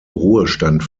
ruhestand